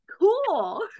Cool